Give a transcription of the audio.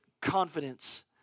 confidence